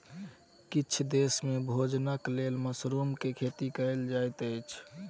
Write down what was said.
किछ देस में भोजनक लेल मशरुम के खेती कयल जाइत अछि